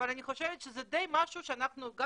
אבל אני חושבת שזה די משהו שאנחנו גם